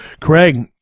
craig